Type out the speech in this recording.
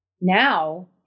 now